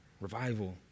revival